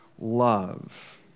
Love